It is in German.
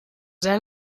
sehr